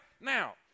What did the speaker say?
Now